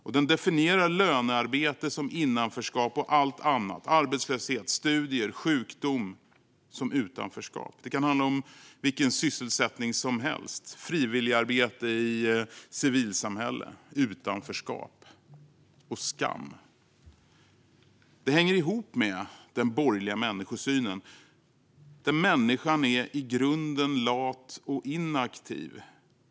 Lönearbete definieras som innanförskap och allt annat - arbetslöshet, studier, sjukdom - som utanförskap. Det kan handla om vilken sysselsättning som helst, till exempel frivilligarbete i civilsamhället. Utanförskap och skam! Det hänger ihop med den borgerliga människosynen, där människan i grunden är lat och inaktiv.